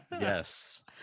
yes